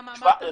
כמה אמרת?